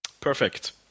perfect